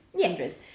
hundreds